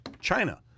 China